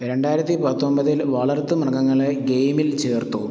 രണ്ടായിരത്തി പത്തൊൻപതിൽ വളർത്തുമൃഗങ്ങളെ ഗെയിമിൽ ചേർത്തൂ